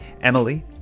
Emily